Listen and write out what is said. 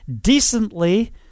decently